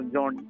John